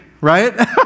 right